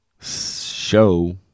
show